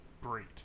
great